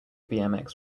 bmx